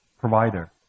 provider